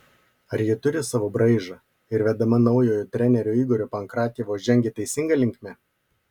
ar ji turi savo braižą ir vedama naujojo trenerio igorio pankratjevo žengia teisinga linkme